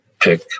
pick